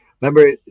remember